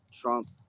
Trump